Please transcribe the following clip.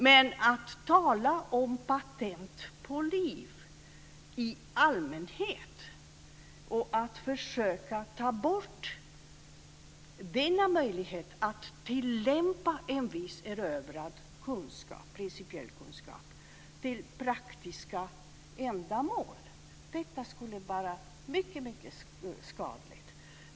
Men att tala om patent på liv i allmänhet och att försöka ta bort denna möjlighet att tillämpa en viss erövrad principiell kunskap till praktiska ändamål skulle vara mycket skadligt.